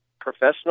professional